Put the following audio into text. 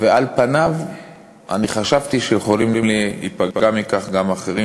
ועל פני הדברים אני חשבתי שיכולים להיפגע מכך גם אחרים,